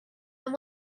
and